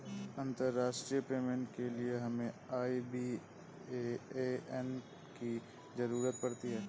अंतर्राष्ट्रीय पेमेंट के लिए हमें आई.बी.ए.एन की ज़रूरत पड़ती है